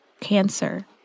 cancer